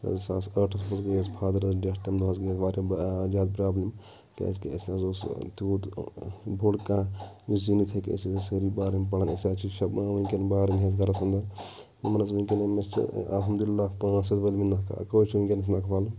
زٕ ساس ٲٹھس منٛز گٔے اَسہِ فادَرس ڈیٚتھ تمہِ دۄہ حظ گٔے واریاہ زیادٕ پرابلِم کِیٛازِ کہِ اَسہِ نہٕ حظ اُوس تِیُوٗت بوٚڑ کانٛہہ یُس زِیٖنِتھ ہیٚکہِ أسۍ حظ ٲسۍ سٲرِی بارٕنۍ پران أسۍ حظ چھِ شیٚے بارٕنۍ حظ گَرَس اَنٛدَر یِمَن حظ ؤنکؠن مےٚ چھِ اَلحمدُاللہ پانٛژھ حظ وٲلمٕتۍ نَکھہٕ اَکُے حظ چھِ ونکٮ۪ن نَکھہٕ والُن